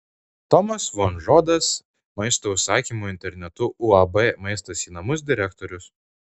tomas vonžodas maisto užsakymo internetu uab maistas į namus direktorius